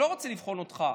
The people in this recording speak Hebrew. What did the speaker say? אני לא רוצה לבחון אותך,